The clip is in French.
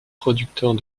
producteurs